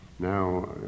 Now